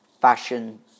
fashion